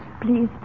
Please